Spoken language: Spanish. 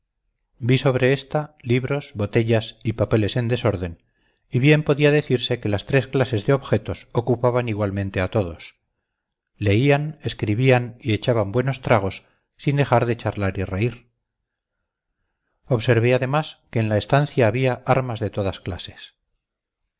vi sobre esta libros botellas y papeles en desorden y bien podía decirse que las tres clases de objetos ocupaban igualmente a todos leían escribían y echaban buenos tragos sin dejar de charlar y reír observé además que en la estancia había armas de todas clases